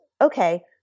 okay